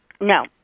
No